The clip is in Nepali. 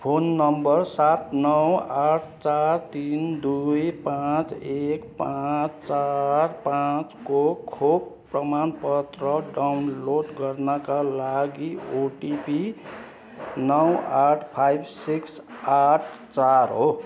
फोन नम्बर सात नौ आठ चार तिन दुई पाँच एक पाँच चार पाँचको खोप प्रमाणपत्र डाउनलोड गर्नाका लागि ओटिपी नौ आठ फाइभ सिक्स आठ चार हो